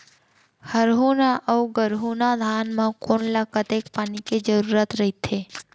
हरहुना अऊ गरहुना धान म कोन ला कतेक पानी के जरूरत रहिथे?